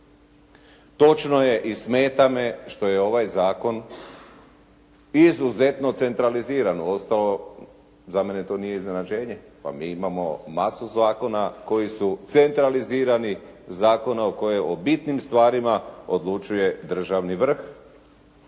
Točno je i smeta me što je ovaj zakon izuzetno centraliziran, uostalom za mene to nije iznenađenje. Pa mi imamo masu zakona koji su centralizirani, zakona koji o bitnim stvarima odlučuje državni vrh,